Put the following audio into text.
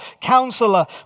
counselor